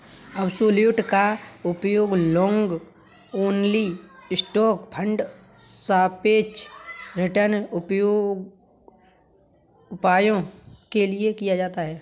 absolute का उपयोग long only stock fund सापेक्ष रिटर्न उपायों के लिए किया जाता है